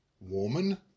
Woman